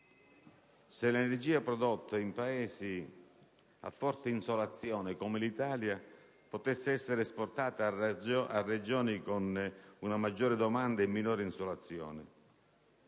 se l'energia prodotta in Paesi a forte insolazione come l'Italia potesse essere esportata a regioni con una maggiore domanda e minore insolazione.